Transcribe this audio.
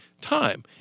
time